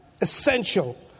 essential